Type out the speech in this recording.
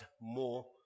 more